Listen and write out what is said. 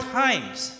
times